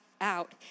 out